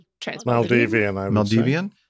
Maldivian